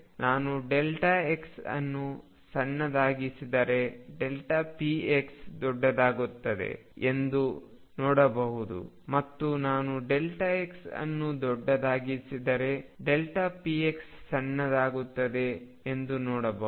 ನಾನು xಅನ್ನು ಸಣ್ಣದಾಗಿಸಿದರೆ px ದೊಡ್ಡದಾಗುತ್ತಾ ಹೋಗುತ್ತದೆ ಎಂದು ನಾನು ನೋಡಬಹುದು ಮತ್ತು ನಾನು x ಅನ್ನು ದೊಡ್ಡದಾಗಿಸಿದರೆ px ಸಣ್ಣಗಾಗುತ್ತಾರೆ ಹೋಗುತ್ತದೆ